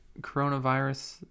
coronavirus